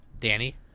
Danny